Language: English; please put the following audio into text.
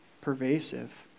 pervasive